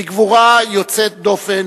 בגבורה יוצאת דופן